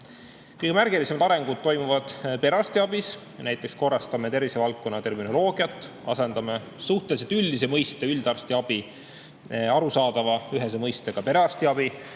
Kõige märgilisem areng toimub perearstiabis. Näiteks korrastame tervisevaldkonna terminoloogiat ja asendame suhteliselt üldise mõiste "üldarstiabi" arusaadavama ühese mõistega "perearstiabi".